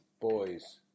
boys